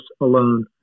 alone